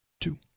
Two